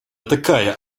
такая